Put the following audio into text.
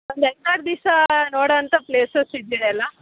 ಒಂದು ಐದು ಆರು ದಿವ್ಸ ನೋಡುವಂತ ಪ್ಲೇಸಸ್ ಇದೆಯಾ ಎಲ್ಲ